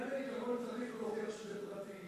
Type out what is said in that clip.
בעניין העיקרון צריך להוכיח שזה פרטי,